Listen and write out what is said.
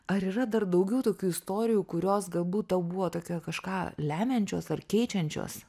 ar yra dar daugiau tokių istorijų kurios galbūt tau buvo tokia kažką lemiančios ar keičiančios